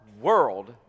world